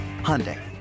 Hyundai